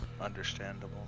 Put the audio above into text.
Understandable